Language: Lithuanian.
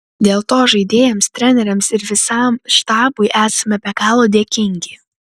dėl to žaidėjams treneriams ir visam štabui esame be galo dėkingi